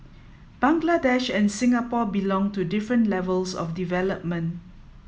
Bangladesh and Singapore belong to different levels of development